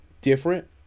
different